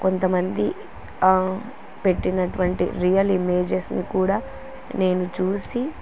కొంతమంది పెట్టినటువంటి రియల్ ఇమేజెస్ని కూడా నేను చూసి